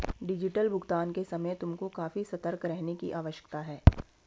digital भुगतान के समय तुमको काफी सतर्क रहने की आवश्यकता है